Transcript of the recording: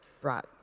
brought